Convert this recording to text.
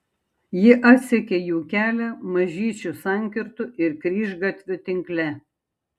ji atsekė jų kelią mažyčių sankirtų ir kryžgatvių tinkle